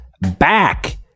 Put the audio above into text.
back